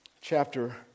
chapter